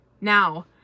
now